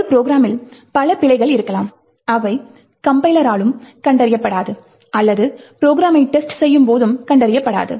ஒரு ப்ரோக்ராமில் பல பிழைகள் இருக்கலாம் அவை கம்பைலராலும் கண்டறியப்படாது அல்லது ப்ரோக்ராமை டெஸ்ட் செய்யும் போதும் கண்டறியப்படாது